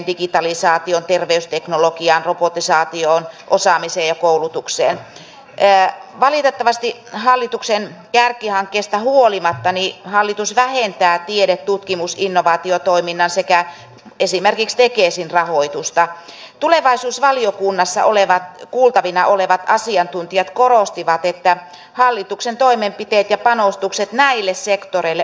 mutta nyt minä olen saanut hyvin monesta hoitoyhteisöstä sellaista palautetta että kukaan ei ole kyllä kysynyt näitä asiakkaiden tarpeita vaan johdon tasolta on tullut ilmoitus siitä että nyt on virallinen lupa vähentää työntekijöitä